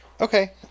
Okay